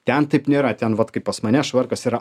ten taip nėra ten vat kaip pas mane švarkas yra